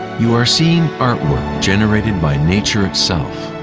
you are seeing artwork generated by nature itself.